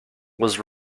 was